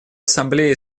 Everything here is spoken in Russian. ассамблее